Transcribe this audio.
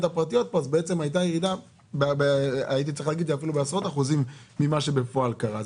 הפרטיות אז הייתה ירידה של עשרות אחוזים יותר ממה שבפועל קרה.